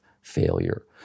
failure